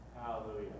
Hallelujah